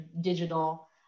digital